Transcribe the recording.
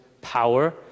power